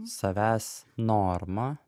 savęs norma